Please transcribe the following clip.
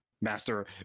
master